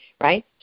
right